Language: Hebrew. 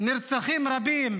הנרצחים רבים.